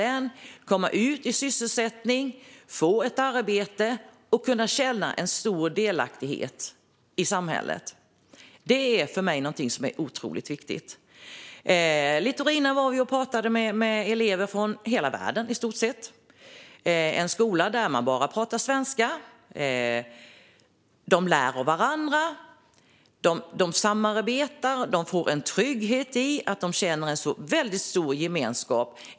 De har kunnat komma ut i sysselsättning, få ett arbete och har kunnat känna en stor delaktighet i samhället. Det är för mig någonting otroligt viktigt. Vi var och talade med Litorina och elever från i stort sett hela världen. Det är en skola där man bara pratar svenska. De lär av varandra, och de samarbetar. De får en trygghet i att de känner en väldigt stor gemenskap.